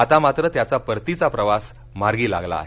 आता मात्र त्याचा परतीचा प्रवास मार्गी लागला आहे